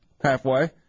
halfway